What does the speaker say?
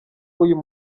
uyu